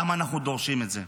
למה אנחנו דורשים את זה.